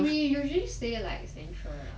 we usually stay like central lah